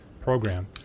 program